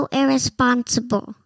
irresponsible